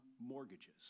mortgages